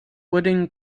wooden